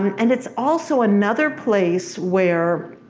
and it's also another place where.